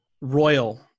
royal